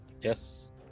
Yes